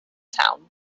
town